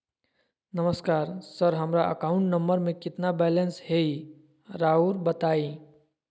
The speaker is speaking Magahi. नमस्कार सर हमरा अकाउंट नंबर में कितना बैलेंस हेई राहुर बताई?